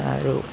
আৰু